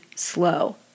slow